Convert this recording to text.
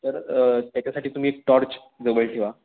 तर त्याच्यासाठी तुम्ही एक टॉर्च जवळ ठेवा